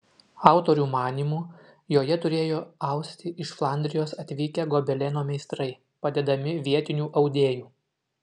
autorių manymu joje turėjo austi iš flandrijos atvykę gobeleno meistrai padedami vietinių audėjų